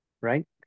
Right